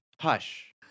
Hush